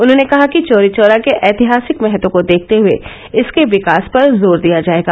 उन्होंने कहा कि चौरीचौरा के ऐतिहसिक महत्व को देखते हये इसके विकास पर जोर दिया जायेगा